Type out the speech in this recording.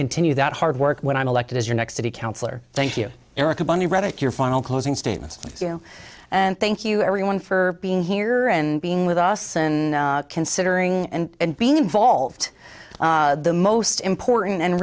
continue that hard work when i'm elected as your next city councilor thank you erica bunny rabbit your final closing statements and thank you everyone for being here and being with us in considering and being involved the most important and